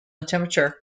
temperature